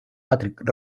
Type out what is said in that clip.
patrick